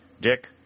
Dick